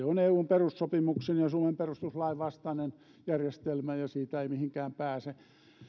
on eun perussopimuksen ja suomen perustuslain vastainen järjestelmä ja siitä ei mihinkään pääse